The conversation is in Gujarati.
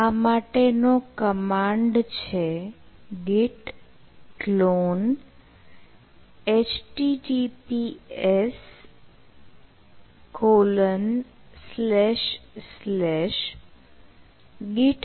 આ માટેનો કમાન્ડ છે git clone httpsgithub